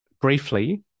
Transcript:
Briefly